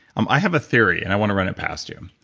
um i have a theory and i want to run it past you.